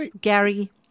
Gary